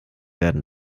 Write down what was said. werden